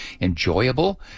enjoyable